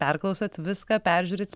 perklausot viską peržiūrit